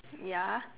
ya